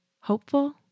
Hopeful